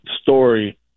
Story